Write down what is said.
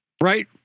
right